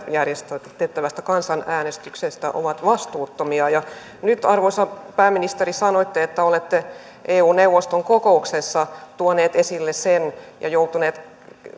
järjestettävästä kansanäänestyksestä ovat vastuuttomia arvoisa pääministeri sanoitte että olette eu neuvoston kokouksessa tuonut esille sen ja joutunut